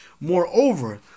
Moreover